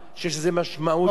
יש בזה הרס אחר.